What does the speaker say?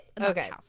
Okay